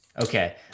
Okay